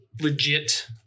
legit